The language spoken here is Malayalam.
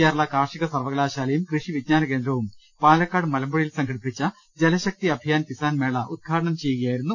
കേരള കാർഷിക സർവ്വകലാശാലയും കൃഷി വിജ്ഞാന കേന്ദ്രവും പാലക്കാട് മലമ്പുഴയിൽ സംഘടപ്പിച്ച ജലശക്തി അഭിയാൻ കിസാൻ മേള ഉദ്ഘാടനം ചെയ്യുകയായിരുന്നു മന്ത്രി